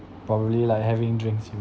probably like having drinks with